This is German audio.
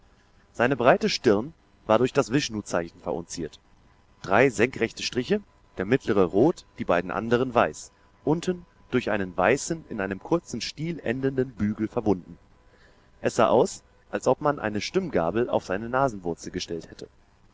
seine breite stirn war durch das vishnuzeichen verunziert drei senkrechte striche der mittlere rot die beiden anderen weiß unten durch einen weißen in einem kurzen stiel endenden bügel verbunden es sah aus als ob man eine stimmgabel auf seine nasenwurzel gestellt hätte